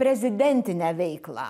prezidentinę veiklą